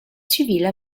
civile